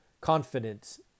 confidence